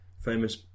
famous